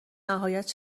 نهایت